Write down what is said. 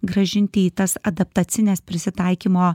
grąžinti į tas adaptacines prisitaikymo